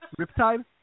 Riptide